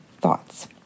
thoughts